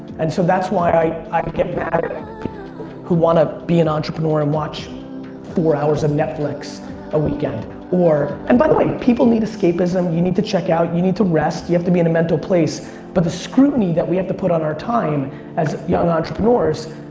and so that's why i get mad at people who want to be an entrepreneur and watch four hours of netflix a weekend or. and by the way people need escapism. you need to check out, you need to rest. you have to be in a mental place but the scrutiny that we have to put on our time as young entrepreneurs,